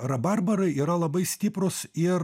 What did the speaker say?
rabarbarai yra labai stiprūs ir